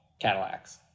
Cadillacs